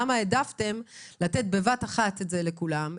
למה העדפתם לתת בבת אחת את זה לכולם,